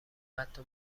حتی